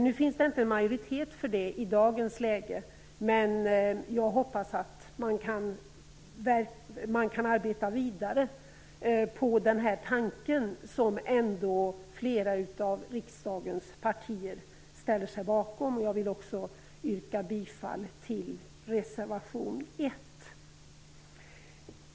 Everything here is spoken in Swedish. Det finns det inte majoritet för det i dag, men jag hoppas att man kan arbeta vidare på den här tanken, som ändå flera av riksdagens partier ställer sig bakom. Jag vill yrka bifall till reservation 1.